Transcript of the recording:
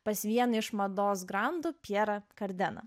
pas vieną iš mados grandų pjerą kardeną